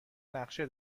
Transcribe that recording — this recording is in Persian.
نقشه